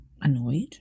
annoyed